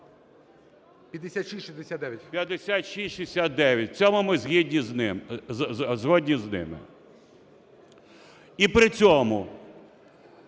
5669. В цьому ми згодні з ними. І при цьому